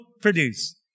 produce